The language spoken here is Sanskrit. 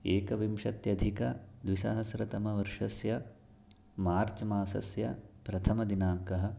एकविंशत्यधिकद्विसहस्रतमवर्षस्य मार्च् मासस्य प्रथमदिनाङ्कः